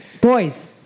boys